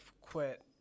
quit